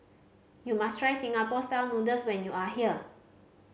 you must try Singapore Style Noodles when you are here